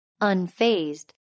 Unfazed